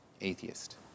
atheist